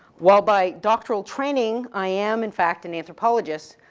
while by doctoral training, i am in fact an anthropologist,